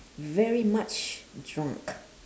very much drunk